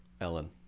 ellen